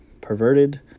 perverted